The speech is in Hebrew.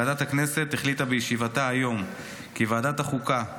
ועדת הכנסת החליטה בישיבתה היום כי ועדת החוקה,